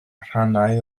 rhannau